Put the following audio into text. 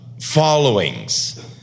followings